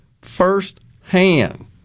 firsthand